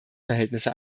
verhältnisse